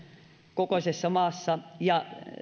kokoisessa maassa ja